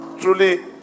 truly